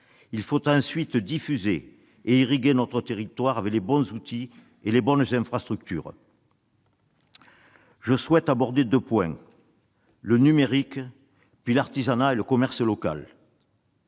Il faut ensuite diffuser et irriguer notre territoire avec les bons outils et les bonnes infrastructures. Je souhaite aborder, d'une part, le numérique et, d'autre part, l'artisanat et le commerce local.